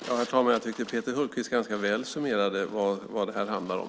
Herr talman! Jag tycker att Peter Hultqvist ganska väl summerade vad det här handlar om.